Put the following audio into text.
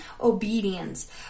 obedience